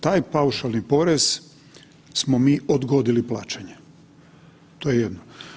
Taj paušalni porez smo mi odgodili plaćanje, to je jedno.